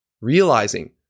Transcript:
realizing